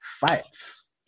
fights